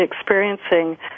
experiencing